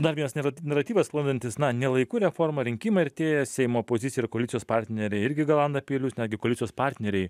dar vienas nerat naratyvas sklandantis na ne laiku reforma rinkimai artėja seimo pozicija ir koalicijos partneriai irgi galanda peilius netgi koalicijos partneriai